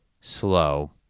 slow